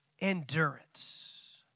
endurance